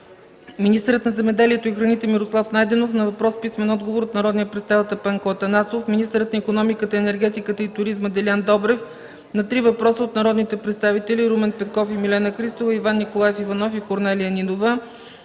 министърът на земеделието и храните Мирослав Найденов – на въпрос с писмен отговор от народния представител Пенко Атанасов; - министърът на икономиката, енергетиката и туризма Делян Добрев – на три въпроса от народните представители Румен Петков и Милена Христова, Иван Николаев Иванов и Корнелия Нинова.